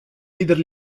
leader